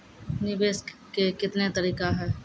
निवेश के कितने तरीका हैं?